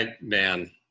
Man